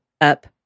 up